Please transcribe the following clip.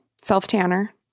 Self-tanner